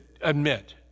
admit